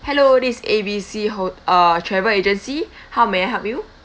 hello this is A B C hot~ uh travel agency how may I help you